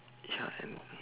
ya then